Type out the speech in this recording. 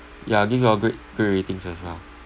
ya give you all great great ratings as well